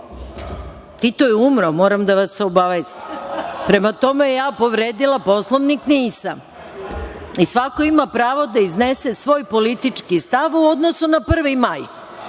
je umro, moram da vas obavestim. Prema tome, ja povredila Poslovnik nisam i svako ima pravo da iznese svoj politički stav u odnosu na 1. maj.